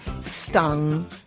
stung